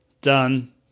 Done